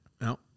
No